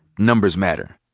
numbers matter.